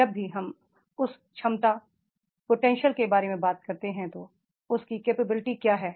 जब भी हम उस क्षमता के बारे में बात करते हैं जो उसकी कैपेबिलिटी क्या है